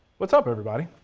what's up, everybody?